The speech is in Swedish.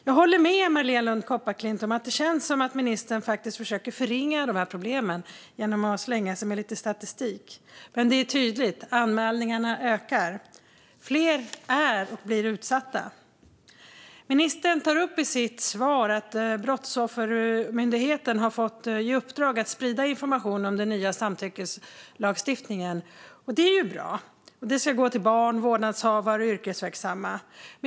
Jag håller med Marléne Lund Kopparklint om att det känns som att ministern försöker förringa problemen genom att slänga sig med lite statistik. Dock är det tydligt att anmälningarna ökar. Fler är och blir utsatta. Ministern tar i sitt svar upp att Brottsoffermyndigheten har fått i uppdrag att sprida information om den nya samtyckeslagstiftningen. Det är ju bra. Informationen ska gå till barn, vårdnadshavare och yrkesverksamma.